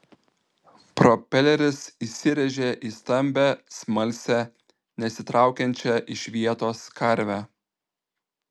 propeleris įsirėžė į stambią smalsią nesitraukiančią iš vietos karvę